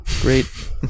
Great